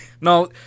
No